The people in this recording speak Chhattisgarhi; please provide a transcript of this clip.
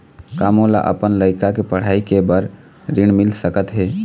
का मोला अपन लइका के पढ़ई के बर ऋण मिल सकत हे?